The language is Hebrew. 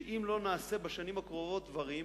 ואם לא נעשה בשנים הקרובות דברים,